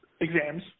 exams